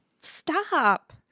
stop